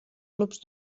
clubs